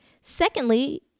Secondly